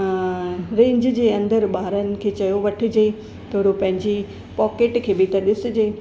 range जे अंदरु ॿारनि खे चयो वठिजे थोरो पंहिंजी पॉकिट खे बि त ॾिसजे